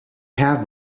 have